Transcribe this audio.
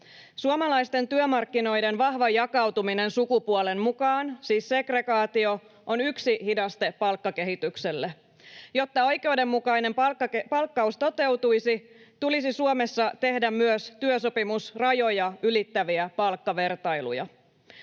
Suomalaisten työmarkkinoiden vahva jakautuminen sukupuolen mukaan, siis segregaatio, on yksi hidaste palkkakehitykselle. Jotta oikeudenmukainen palkkaus toteutuisi, tulisi Suomessa tehdä myös työsopimusrajoja ylittäviä palkkavertailuja.